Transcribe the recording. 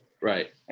Right